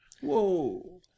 whoa